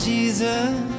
Jesus